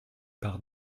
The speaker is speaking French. par